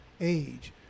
age